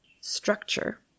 structure